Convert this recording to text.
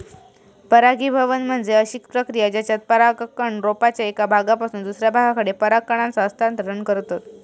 परागीभवन म्हणजे अशी प्रक्रिया जेच्यात परागकण रोपाच्या एका भागापासून दुसऱ्या भागाकडे पराग कणांचा हस्तांतरण करतत